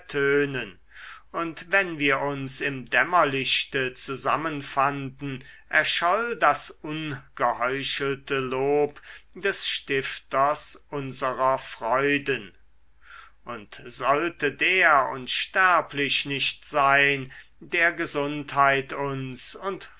ertönen und wenn wir uns im dämmerlichte zusammenfanden erscholl das ungeheuchelte lob des stifters unserer freuden und sollte der unsterblich nicht sein der gesundheit uns und